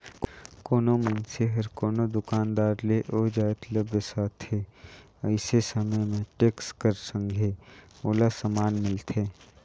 कोनो मइनसे हर कोनो दुकानदार ले ओ जाएत ल बेसाथे अइसे समे में टेक्स कर संघे ओला समान मिलथे